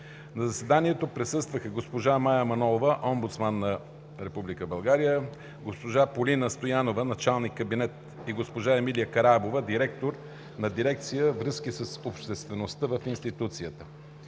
На заседанието присъстваха госпожа Мая Манолова – омбудсман на Република България, госпожа Полина Стоянова – началник кабинет, и госпожа Емилия Караабова – директор на дирекция „Връзки с обществеността“ в институцията.